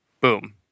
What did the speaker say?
Boom